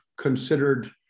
considered